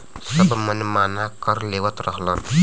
सब मनमाना कर लेवत रहलन